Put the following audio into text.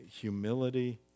humility